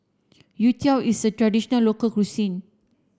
Youtiao is a traditional local cuisine